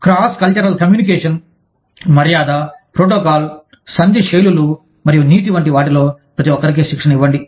cross cultural communication మర్యాద protocol సంధి శైలులు మరియు నీతి వంటి వాటిలో ప్రతి ఒక్కరికీ శిక్షణ ఇవ్వండి